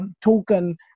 token